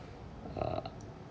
err